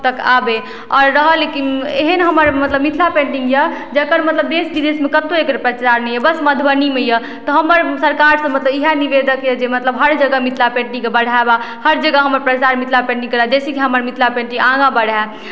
सभ तक आबय आओर रहल कि एहन हमर मतलब मिथिला पेन्टिंग यए जकर मतलब देश विदेशमे कतहु एकर प्रचार नहि यए बस मधुबनीमे यए तऽ हमर मतलब सरकारसँ मतलब इएह निवेदन यए जे मतलब हर जगह मिथिला पेन्टिंगकेँ बढ़ावा हर जगह हमर प्रचार मिथिला पेन्टिंग करय जाहिसँ कि हमर मिथिला पेन्टिंग आगाँ बढ़य